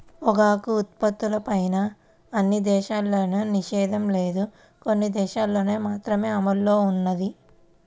పొగాకు ఉత్పత్తులపైన అన్ని దేశాల్లోనూ నిషేధం లేదు, కొన్ని దేశాలల్లో మాత్రమే అమల్లో ఉన్నది